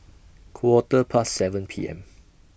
Quarter Past seven P M